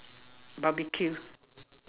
barbeque